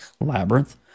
Labyrinth